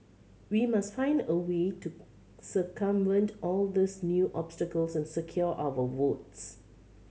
we must find a way to circumvent all these new obstacles and secure our votes